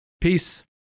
Peace